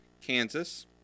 Kansas